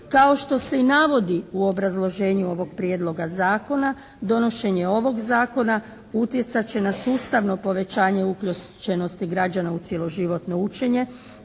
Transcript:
Kao što se i navodi u obrazloženju ovoga prijedloga zakona donošenje ovog zakona utjecat će na sustavno povećanje uključenosti građana u cjeloživotno učenje